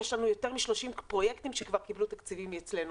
יש לנו יותר משלושים פרויקטים שכבר קיבלו תקציבים מאיתנו.